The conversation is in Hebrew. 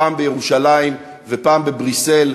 פעם בירושלים ופעם בבריסל,